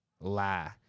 lie